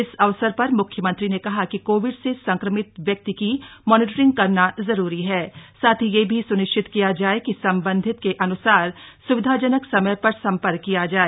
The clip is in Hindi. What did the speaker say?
इस अवसर पर म्ख्यमंत्री ने कहा कि कोविड से संक्रमित व्यक्ति की मॉनिटरिंग करना जरूरी है साथ ही यह भी स्निश्चित किया जाए कि संबंधित के अन्सार स्विधाजनक समय पर सम्पर्क किया जाए